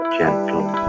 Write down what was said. gentle